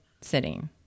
sitting